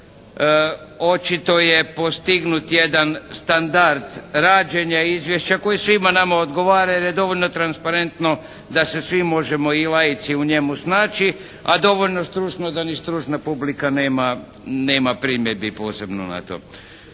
Očito je postignut jedan standard rađenja izvješća koje svima nama odgovara jer je dovoljno transparentno da se svi možemo i laici u njemu snaći, a dovoljno stručno da ni stručna publika nema primjedbi posebno na to.